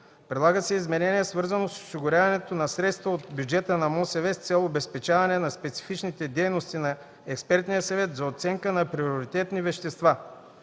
Предлага се изменение, свързано с осигуряването на средства от бюджета на МОСВ, с цел обезпечаване на специфичните дейности на Експертния съвет за оценка на приоритетни вещества.